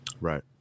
Right